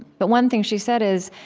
but one thing she said is,